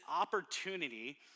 opportunity